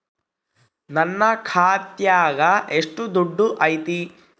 ನನ್ನ ಖಾತ್ಯಾಗ ಎಷ್ಟು ದುಡ್ಡು ಐತಿ?